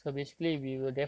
mm